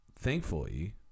thankfully